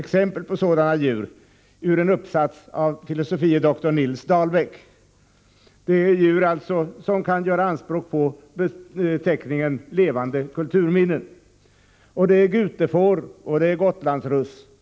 dr Nils Dahlbeck tagit några exempel på sådana djur och växter som kan göra anspråk på beteckningen levande kulturminnen. Det är till att börja med gutefår och gotlandsruss.